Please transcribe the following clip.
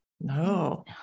No